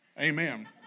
Amen